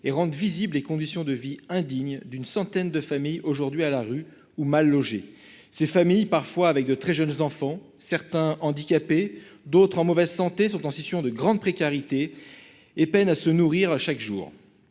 et rendre visibles les conditions de vie indignes d'une centaine de familles aujourd'hui à la rue ou mal logées. Ces familles comptent parfois de très jeunes enfants, dont certains handicapés et d'autres en mauvais état de santé. Elles sont en situation de grande précarité et peinent à se nourrir chaque jour.